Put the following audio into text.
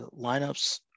lineups